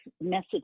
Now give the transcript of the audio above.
message